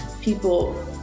people